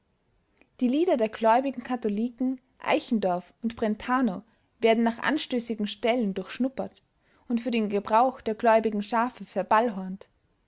die lieder der gläubigen katholiken eichendorff und brentano werden nach anstößigen stellen durchschnuppert und für den gebrauch der gläubigen schafe